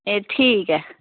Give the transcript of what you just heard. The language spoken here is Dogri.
एह् ठीक ऐ